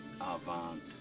avant